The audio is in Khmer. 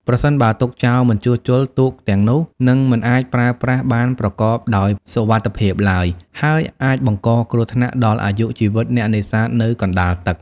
ប្រសិនបើទុកចោលមិនជួសជុល ទូកទាំងនោះនឹងមិនអាចប្រើប្រាស់បានប្រកបដោយសុវត្ថិភាពឡើយ ហើយអាចបង្កគ្រោះថ្នាក់ដល់អាយុជីវិតអ្នកនេសាទនៅកណ្ដាលទឹក។